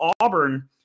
Auburn